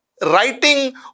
writing